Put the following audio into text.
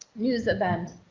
news event,